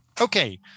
Okay